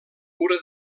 cura